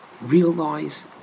realize